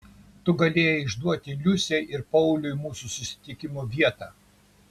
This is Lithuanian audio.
tu galėjai išduoti liusei ir pauliui mūsų susitikimo vietą